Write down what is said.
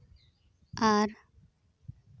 ᱟᱨ